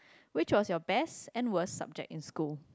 which was your best and worst subject in school